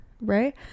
right